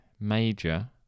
Major